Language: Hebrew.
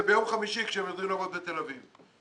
זה ביום חמישי כשהם יורדים לעבוד בתל אביב.